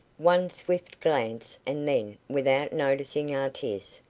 one swift glance, and then, without noticing artis,